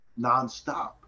nonstop